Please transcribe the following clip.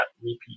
repeat